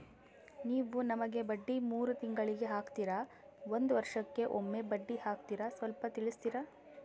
ನೀವು ನಮಗೆ ಬಡ್ಡಿ ಮೂರು ತಿಂಗಳಿಗೆ ಹಾಕ್ತಿರಾ, ಒಂದ್ ವರ್ಷಕ್ಕೆ ಒಮ್ಮೆ ಬಡ್ಡಿ ಹಾಕ್ತಿರಾ ಸ್ವಲ್ಪ ತಿಳಿಸ್ತೀರ?